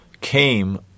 came